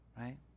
Right